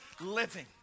living